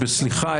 וסליחה,